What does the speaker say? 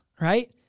right